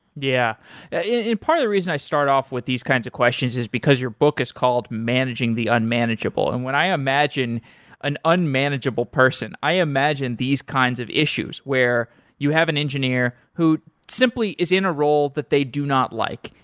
yeah yeah part of the reason i start off with these kinds of questions is because your book is called managing the unmanageable. and when i imagine an unmanageable person, i imagine these kinds of issues where you have an engineer who simply is in a role that they do not like.